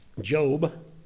Job